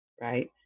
right